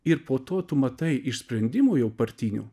ir po to tu matai iš sprendimų jau partinių